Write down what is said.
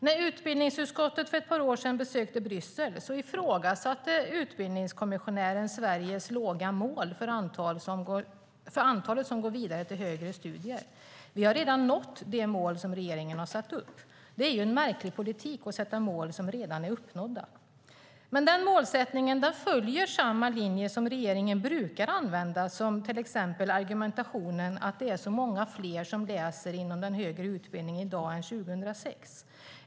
När utbildningsutskottet för ett par år sedan besökte Bryssel ifrågasatte utbildningskommissionären Sveriges låga mål för det antal som går vidare till högre studier. Vi har redan nått det mål som regeringen har satt upp. Det är en märklig politik att sätta mål som redan är uppnådda. Men denna målsättning följer samma linje som regeringen brukar använda, till exempel argumenten att det är så många fler som läser inom den högre utbildningen i dag än 2006.